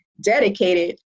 dedicated